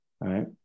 right